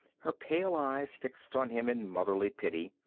her pale eyes fixed on him in motherly pity.